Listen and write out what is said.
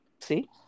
See